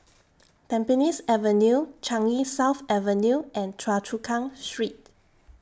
Tampines Avenue Changi South Avenue and Choa Chu Kang Street